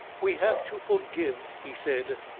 we have to forgive, he said.